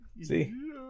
See